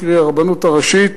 קרי הרבנות הראשית.